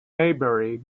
maybury